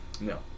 no